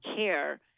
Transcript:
care